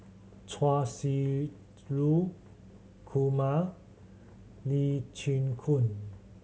Chia Shi Lu Kumar Lee Chin Koon